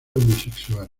homosexual